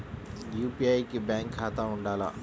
UPI కి bank ఖాతా ఉండాల?